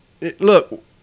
Look